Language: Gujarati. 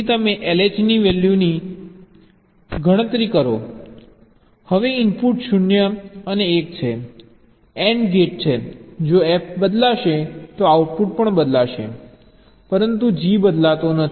તેથી તમે LH ની વેલ્યુની ગણતરી કરો હવે ઇનપુટમાં 0 અને 1 છે AND ગેટ છે જો F બદલાશે તો આઉટપુટ બદલાશે પરંતુ G બદલાતો નથી